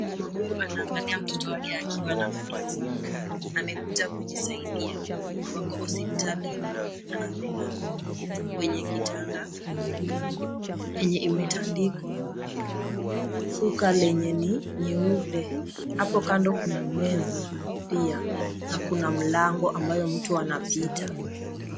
Mama huyu anaangalia mtoto wake akiwa na furaha sana. Amekuja kujisaidia wako hospitalini na amekaa kwenye kitanda yenye imetandikwa suka lenye ni nyeupe hapo kando kuna meza pia na kuna mlango ambayo mtu anapita.